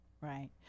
right